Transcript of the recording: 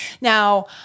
Now